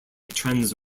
trends